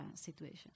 situation